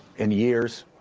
in years,